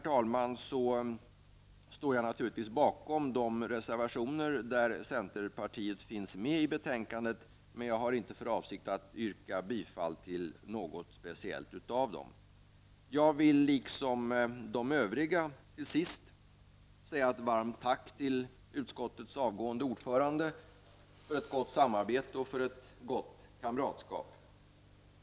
Jag står naturligtvis bakom de reservationer till betänkandet som centerpartiet har undertecknat, men jag yrkar inte bifall till någon av dem. Jag vill liksom de övriga talarna i den här debatten till sist säga ett varmt tack till utskottets avgående ordförande för ett gott samarbete och ett gott kamratskap.